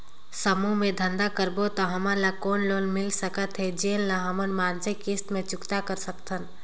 समूह मे धंधा करबो त हमन ल कौन लोन मिल सकत हे, जेन ल हमन मासिक किस्त मे चुकता कर सकथन?